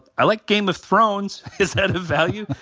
i like game of thrones is that a value?